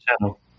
channel